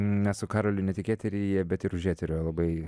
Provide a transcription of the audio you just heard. mes su karoliu ne tik eteryje bet ir už eterio labai